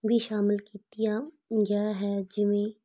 ਵੀ ਸ਼ਾਮਲ ਕੀਤੀ ਆ ਗਿਆ ਹੈ ਜਿਵੇਂ